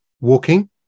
walking